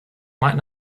might